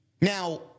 Now